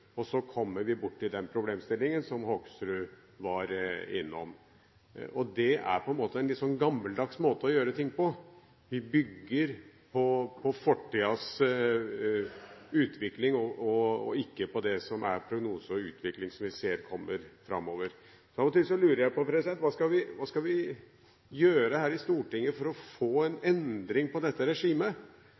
og så kommer vi borti den problemstillingen som Hoksrud var innom. Det er på en måte en litt gammeldags måte å gjøre ting på – vi bygger på fortidens utvikling og ikke på prognosen og utviklingen som vi ser framover. Av og til lurer jeg på: Hva skal vi gjøre her i Stortinget for å få en endring på dette regimet?